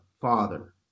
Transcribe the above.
Father